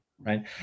Right